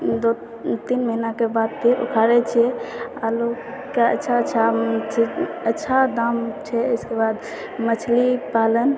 दू तीन महिनाके बाद फिर उखाड़ै छिए आलूके अच्छा अच्छा अच्छा दाम छै इसके बाद मछली पालन